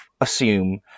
assume